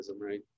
right